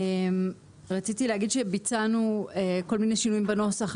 רציתי להגיד שביצענו כל מיני שינויים בנוסח.